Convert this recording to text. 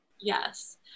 yes